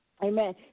Amen